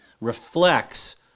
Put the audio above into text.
reflects